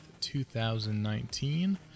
2019